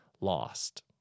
lost